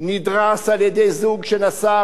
נדרס על-ידי זוג שנסע,